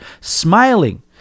smiling